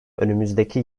önümüzdeki